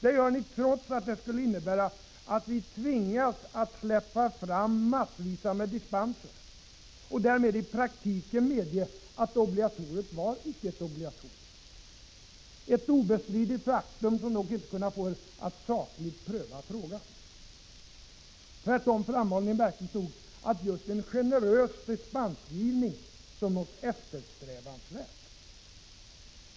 Det gör ni trots att det skulle innebära att vi tvingades släppa fram massvis med dispenser — och därmed i praktiken medge att obligatoriet inte var ett obligatorium! Detta obestridliga faktum har dock inte kunnat få er att sakligt pröva frågan. Tvärtom framhåller ni märkligt nog just en generös dispensgivning som något eftersträvansvärt!